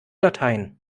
latein